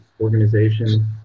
organization